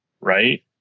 Right